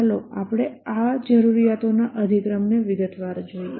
ચાલો આપણે આ જરૂરિયાતોના અધિક્રમ ને વિગતવાર જોઈએ